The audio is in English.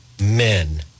men